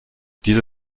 diese